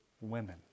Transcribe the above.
women